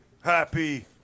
Happy